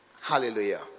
Hallelujah